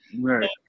Right